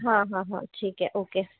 हाँ हाँ हाँ ठीक है ओके